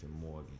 Morgan